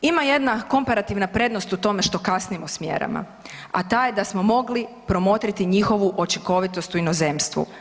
Ima jedna komparativna prednost u tome što kasnimo s mjerama, a ta je da smo mogli promotriti njihovu učinkovitost u inozemstvu.